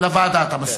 לוועדה אתה מסכים,